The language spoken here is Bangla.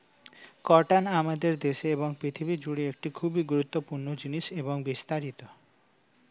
কটন আমাদের দেশে এবং পৃথিবী জুড়ে একটি খুবই গুরুত্বপূর্ণ জিনিস এবং বিস্তারিত